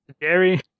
Jerry